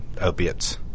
opiates